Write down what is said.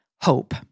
hope